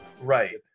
Right